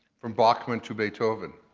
from bachman to beethoven.